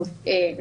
או אם זה טריאתלון,